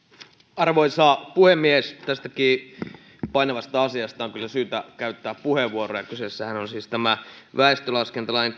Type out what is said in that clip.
arvoisa puhemies tästäkin painavasta asiasta on kyllä syytä käyttää puheenvuoro kyseessähän on siis tämän väestölaskentalain